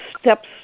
steps